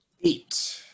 Eight